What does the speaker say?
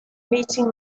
meeting